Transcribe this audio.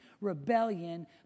rebellion